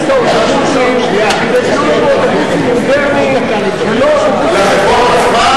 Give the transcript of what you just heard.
כדי שיהיו לנו אוטובוסים מודרניים ולא אוטובוסים,